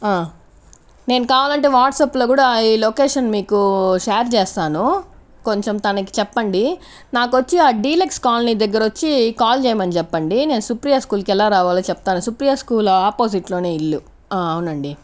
నేను కావాలంటే వాట్సప్ లో కూడా ఈ లొకేషన్ మీకు షేర్ చేస్తాను కొంచెం తనకి చెప్పండి నాకు వచ్చి ఆ డీలక్స్ కాలనీ దగ్గర వచ్చి కాల్ చేయమని చెప్పండి నేను సుప్రియ స్కూల్ కి ఎలా రావాలో చెప్తాను సుప్రియ స్కూల్ ఆపోజిట్ లోనే ఇల్లు అవునండి